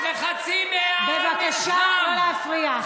בבקשה לא להפריע.